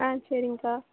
ஆ சரிங்கக்கா